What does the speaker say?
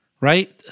right